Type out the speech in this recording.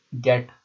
get